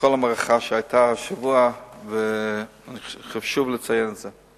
בכל המערכה שהיתה השבוע, וחשוב לציין את זה,